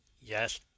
Yes